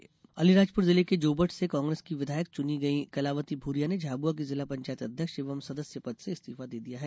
विधायक इस्तीफा अलीराजपुर जिले के जोबट से कांग्रेस की विधायक चुनी गई कलावती भूरिया ने झाबुआ की जिला पंचायत अध्यक्ष एवं सदस्य पद से इस्तीफा दे दिया है